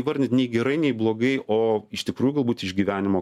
įvardint nei gerai nei blogai o iš tikrųjų galbūt išgyvenimo